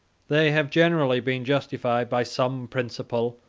they have generally been justified by some principle,